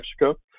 Mexico